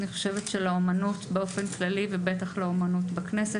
אני חושבת שלאומנות באופן כללי ובטח לאומנות בכנסת,